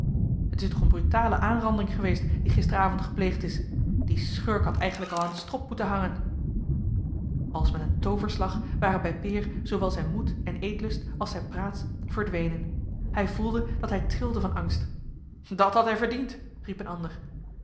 t is toch eene brutale aanranding geweest die gisterenavond gepleegd is die schurk had eigenlijk al aan den strop moeten hangen als met een tooverslag waren bij peer zoowel zijn moed en eetlust als zijn praats verdwenen hij voelde dat hij trilde van angst dat had hij verdiend riep een ander